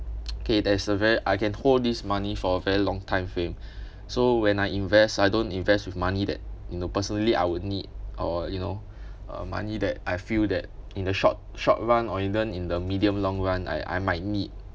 okay that's a ve~ I can hold this money for a very long time fame so when I invest I don't invest with money that you know personally I would need or you know uh money that I feel that in the short short run or even in the medium long run I I might need